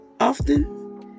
Often